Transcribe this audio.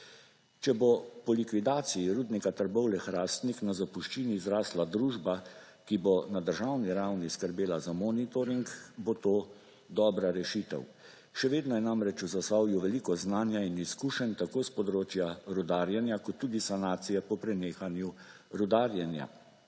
Če bo po likvidaciji Rudnika Trbovlje-Hrastnik na zapuščini zrastla družba, ki bo na državni ravni skrbela za monitoring, bo to dobra rešitev. Še vedno je namreč v Zasavju veliko znanja in izkušenj tako s področja rudarjenja kot tudi sanacije po prenehanju rudarjenja.